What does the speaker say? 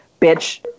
bitch